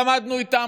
למדנו איתן.